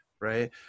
right